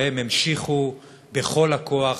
והן המשיכו בכל הכוח,